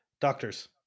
Doctors